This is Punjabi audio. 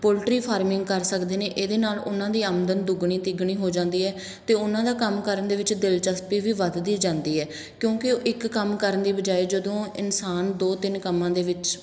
ਪੋਲਟਰੀ ਫਾਰਮਿੰਗ ਕਰ ਸਕਦੇ ਨੇ ਇਹਦੇ ਨਾਲ ਉਹਨਾਂ ਦੀ ਆਮਦਨ ਦੁੱਗਣੀ ਤਿਗਣੀ ਹੋ ਜਾਂਦੀ ਹੈ ਅਤੇ ਉਹਨਾਂ ਦਾ ਕੰਮ ਕਰਨ ਦੇ ਵਿੱਚ ਦਿਲਚਸਪੀ ਵੀ ਵੱਧਦੀ ਜਾਂਦੀ ਹੈ ਕਿਉਂਕਿ ਇੱਕ ਕੰਮ ਕਰਨ ਦੀ ਬਜਾਏ ਜਦੋਂ ਇਨਸਾਨ ਦੋ ਤਿੰਨ ਕੰਮਾਂ ਦੇ ਵਿੱਚ